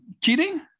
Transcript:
Cheating